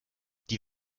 die